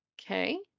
Okay